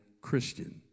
Christian